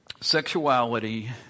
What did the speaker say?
Sexuality